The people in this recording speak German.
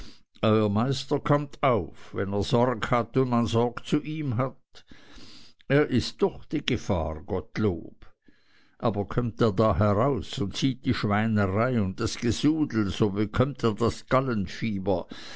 euer meister kommt auf wenn er sorg hat und man sorg zu ihm hat er ist durch die gefahr gottlob aber kömmt er da heraus und sieht die schweinerei und das gesudel so bekömmt er das